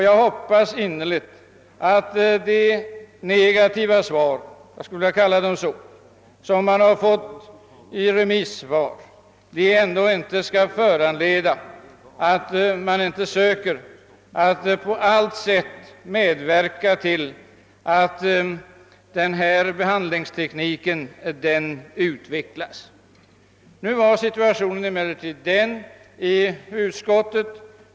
Jag hoppas innerligt att de enligt min uppfattning negativa uttalanden som gjorts i remissyttrandena ändå inte skall föranleda att man inte på allt sätt söker medverka till att ifrågavarande behandlingsteknik förbättras.